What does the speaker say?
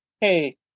hey